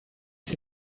sie